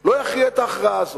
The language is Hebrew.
לא יכריע את ההכרעה הזאת.